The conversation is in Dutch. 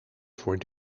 voor